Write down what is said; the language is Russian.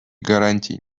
гарантий